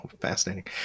fascinating